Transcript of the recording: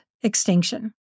Extinction